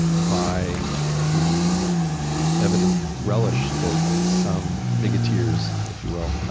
um by the evident relish that some bigoteers, if you will